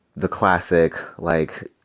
the classic, like,